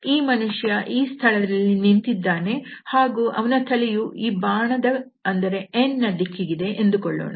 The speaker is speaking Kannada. ಈ ಮನುಷ್ಯ ಈ ಸ್ಥಳದಲ್ಲಿ ನಿಂತಿದ್ದಾನೆ ಹಾಗೂ ಅವನ ತಲೆಯು ಈ ಬಾಣದ ಅಂದರೆ nನ ದಿಕ್ಕಿಗಿದೆ ಎಂದುಕೊಳ್ಳೋಣ